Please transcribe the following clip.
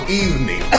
evening